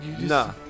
nah